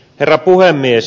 herra puhemies